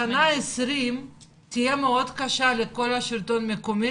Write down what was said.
שנת 2020 תהיה מאוד קשה לכל השלטון המקומי,